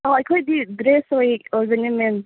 ꯑꯣ ꯑꯩꯈꯣꯏꯗꯤ ꯗ꯭ꯔꯦꯁ ꯑꯣꯏꯕꯅꯦ ꯃꯦꯝ